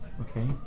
Okay